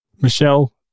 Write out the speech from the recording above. Michelle